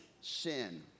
sin